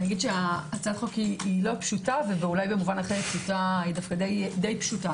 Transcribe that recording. ההצעה לא פשוטה, ואולי במובן אחר די פשוטה.